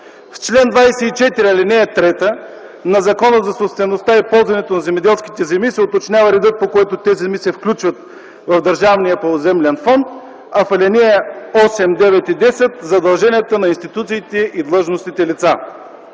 В чл. 24, ал. 3 на Закона за собствеността и ползването на земеделските земи се уточнява редът, по който тези земи се включват в Държавния поземлен фонд, а в алинеи 8, 9 и 10 – задълженията на институциите и длъжностните лица.